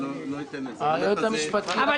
היועץ המשפטי לממשלה לא ייתן לזה.